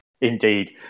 indeed